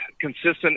consistent